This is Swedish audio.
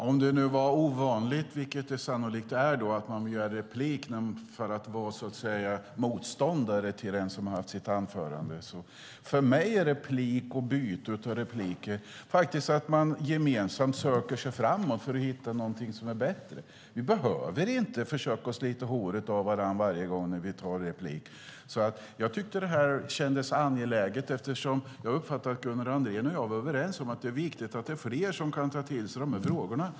Herr talman! Sannolikt är det ovanligt att man begär replik om man inte är motståndare till den som har hållit sitt anförande. För mig är avsikten med replikskiften att gemensamt söka sig framåt för att hitta någonting som är bättre. Vi behöver inte försöka slita håret av varandra varje gång vi begär replik. Jag tyckte att det i det här fallet kändes angeläget att begära replik, eftersom jag uppfattade att Gunnar Andrén och jag är överens om att det är viktigt att fler kan ta till sig de här frågorna.